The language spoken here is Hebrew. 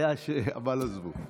הוא אמר דברי טעם.